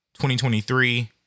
2023